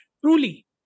truly